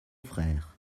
frères